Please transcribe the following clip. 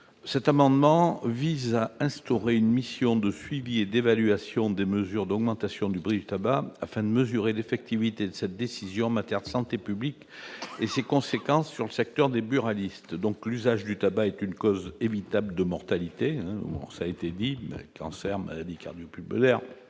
Cet amendement vise à instaurer une mission de suivi et d'évaluation des mesures d'augmentation du prix du tabac, afin de mesurer l'effectivité d'une telle décision en matière de santé publique et ses conséquences sur les buralistes. La consommation de tabac est une cause évitable de mortalité, puisqu'elle entraîne cancers et maladies cardio-pulmonaires.